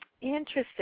Interesting